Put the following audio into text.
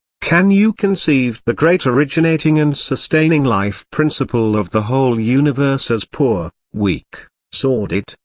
can you conceive the great originating and sustaining life principle of the whole universe as poor, weak, sordid,